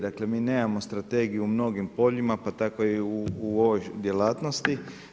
Dakle, mi nemamo strategiju u mnogim poljima, pa tako i u ovoj djelatnosti.